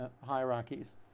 hierarchies